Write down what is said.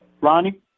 Ronnie